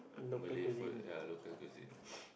Malay food ya local cuisine